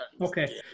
Okay